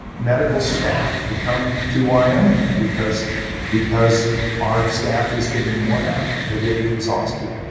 medical staff to come to wyoming, because because our staff is getting worn out, they're getting exhausted.